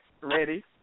ready